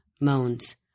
moans